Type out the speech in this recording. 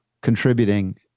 contributing